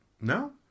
no